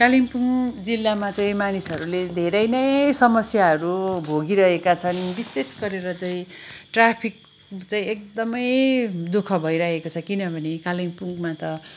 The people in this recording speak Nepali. कालिम्पोङ जिल्लामा चाहिँ मानिसहरूले धेरै नै समस्याहरू भोगिरहेका छन् विशेष गरेर चाहिँ ट्राफिक चाहिँ एकदमै दुःख भइरहेको छ किनभने कालिम्पोङमा त